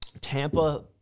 Tampa